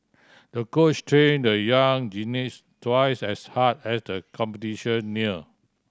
the coach trained the young gymnast twice as hard as the competition neared